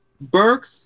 Burks